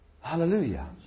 Hallelujah